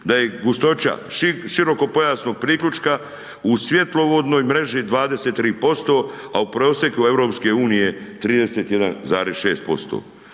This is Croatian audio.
da je gustoća širokopojasnog priključka u svjetlovodnoj mreži 23%, a u prosjeku EU 31,6%.